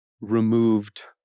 removed